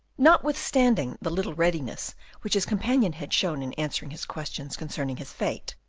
notwithstanding the little readiness which his companion had shown in answering his questions concerning his fate,